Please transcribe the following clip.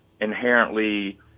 inherently